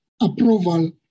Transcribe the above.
approval